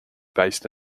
based